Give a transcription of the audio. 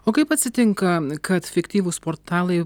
o kaip atsitinka kad fiktyvūs portalai